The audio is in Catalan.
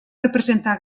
representar